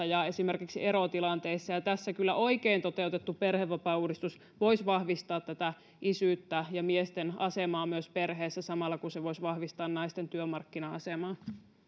ja esimerkiksi erotilanteissa ja tässä kyllä oikein toteutettu perhevapaauudistus voisi vahvistaa isyyttä ja miesten asemaa perheessä samalla kun se voisi vahvistaa myös naisten työmarkkina asemaa